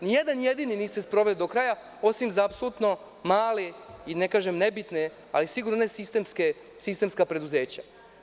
Nijedan jedini niste sproveli do kraja, osim za apsolutno, ne kažem ne bitne, ali sigurno ne sistemska preduzeća.